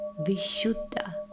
Vishuddha